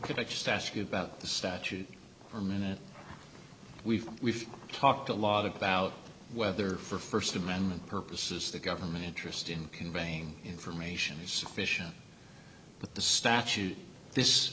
could i just ask you about the statute for a minute we've we've talked a lot about whether for st amendment purposes the government interest in conveying information is sufficient but the statute this